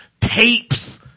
tapes